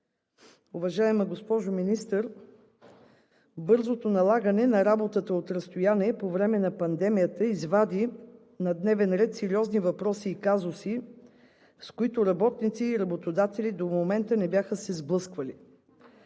Уважаема госпожо Министър, бързото налагане на работата от разстояние по време на пандемията извади на дневен ред сериозни въпроси и казуси, с които работници и работодателите до момента не бяха се сблъсквали.